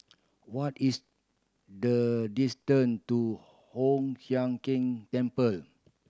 what is the distant to Hoon Sian Keng Temple